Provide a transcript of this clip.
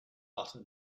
butter